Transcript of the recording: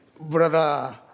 brother